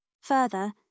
Further